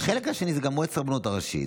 אז החלק השני זה גם מועצת הרבנות הראשית.